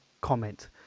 comment